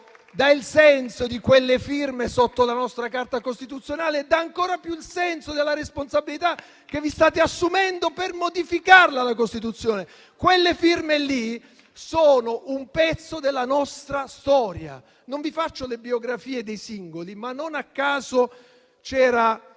il senso di quelle firme sotto la nostra Carta costituzionale e danno ancora di più il senso della responsabilità che vi state assumendo per modificare la Costituzione. Quelle firme sono un pezzo della nostra storia. Non vi faccio le biografie dei singoli, ma non a caso c'erano